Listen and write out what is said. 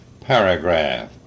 Paragraph